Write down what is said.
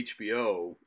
HBO